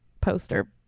poster